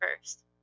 first